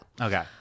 Okay